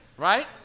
Right